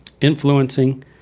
influencing